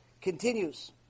continues